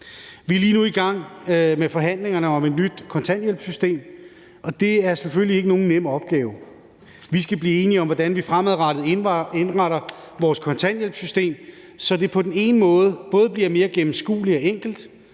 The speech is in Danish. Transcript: Vi er lige nu i gang med forhandlingerne om et nyt kontanthjælpssystem, og det er selvfølgelig ikke nogen nem opgave. Vi skal blive enige om, hvordan vi fremadrettet indretter vores kontanthjælpssystem, så det på den ene måde både bliver mere gennemskueligt og enkelt